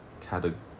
category